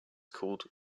called